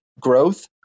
growth